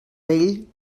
vell